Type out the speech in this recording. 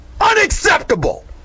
Unacceptable